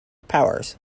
powers